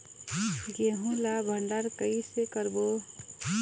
गेहूं ला भंडार कई से करबो?